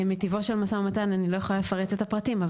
מטיבו של משא ומתן אני לא יכולה לפרט את הפרטים,